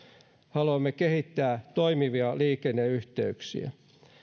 haluamme kehittää toimivia liikenneyhteyksiä